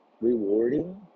rewarding